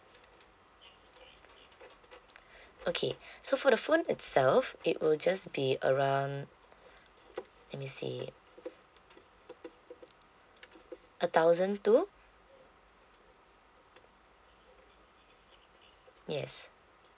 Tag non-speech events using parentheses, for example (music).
(breath) okay (breath) so for the phone itself it will just be around (breath) let me see a thousand two yes